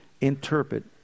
interpret